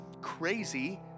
crazy